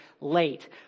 late